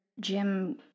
Jim